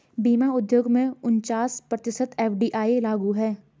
बीमा उद्योग में उनचास प्रतिशत एफ.डी.आई लागू है